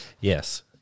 Yes